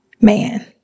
man